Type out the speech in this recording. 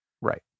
Right